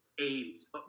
AIDS